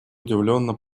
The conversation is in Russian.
удивленно